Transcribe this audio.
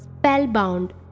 spellbound